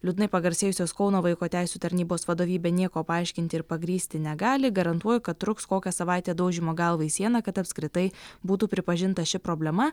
liūdnai pagarsėjusios kauno vaiko teisių tarnybos vadovybė nieko paaiškinti ir pagrįsti negali garantuoju kad truks kokią savaitę daužymo galva į sieną kad apskritai būtų pripažinta ši problema